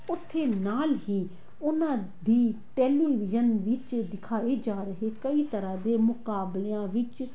ਉੱਥੇ ਨਾਲ ਹੀ ਉਹਨਾਂ ਦੀ ਟੈਲੀਵਿਜ਼ਨ ਵਿੱਚ ਦਿਖਾਏ ਜਾ ਰਹੇ ਕਈ ਤਰ੍ਹਾਂ ਦੇ ਮੁਕਾਬਲਿਆਂ ਵਿੱਚ